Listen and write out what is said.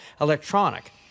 electronic